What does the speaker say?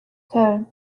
köln